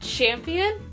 Champion